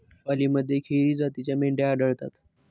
पालीमध्ये खेरी जातीच्या मेंढ्या आढळतात